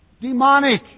Demonic